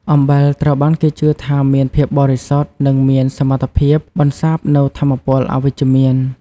អំបិលត្រូវបានគេជឿថាមាន ភាពបរិសុទ្ធ និងមានសមត្ថភាពបន្សាបនូវថាមពលអវិជ្ជមាន។